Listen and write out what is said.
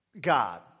God